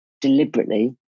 deliberately